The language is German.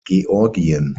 georgien